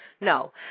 No